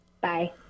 Bye